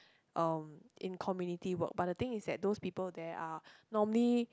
um in community work but the thing is that those people there are normally